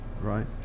right